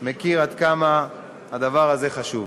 מכיר עד כמה הדבר הזה חשוב.